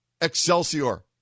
Excelsior